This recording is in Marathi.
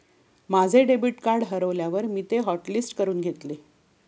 माझे डेबिट कार्ड हरवल्यावर मी ते हॉटलिस्ट करून घेतले